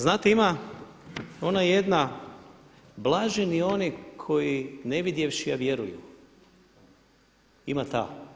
Znate ima ona jedna blaženi oni koji ne vidjevši, a vjeruju, ima ta.